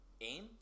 AIM